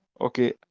Okay